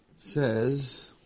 says